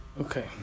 Okay